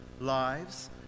Lives